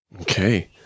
Okay